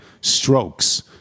strokes